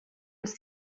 ist